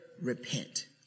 repent